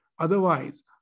Otherwise